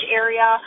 area